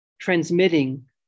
transmitting